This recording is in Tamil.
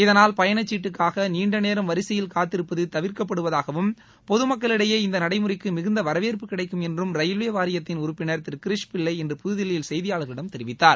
இதனால் பயணச் சீட்டுக்காக நீண்ட நேரம் வரிசையில் காத்திருப்பது தவிர்க்கப்படுவதாகவும் பொதுமக்களிடையே இந்த நடைமுறைக்கு மிகுந்த வரவேற்பு கிடைக்கும் என்றும் ரயில்வே வாரியத்தின் உறுப்பினர் திரு கிரிஷ்பிள்ளை இன்று புதுதில்லியில் செய்தியாளர்களிடம் தெரிவித்தார்